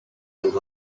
and